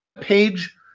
page